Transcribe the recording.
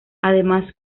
además